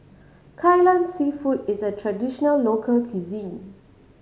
Kai Lan Seafood is a traditional local cuisine